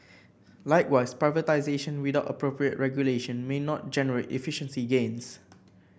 likewise privatisation without appropriate regulation may not generate efficiency gains